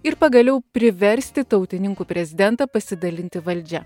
ir pagaliau priversti tautininkų prezidentą pasidalinti valdžia